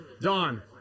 Don